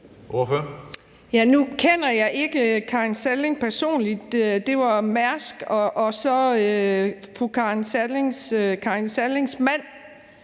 Nu kender jeg ikke Karin Salling personligt. Det var Mærsk og Karin Sallings mand,